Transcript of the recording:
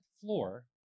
floor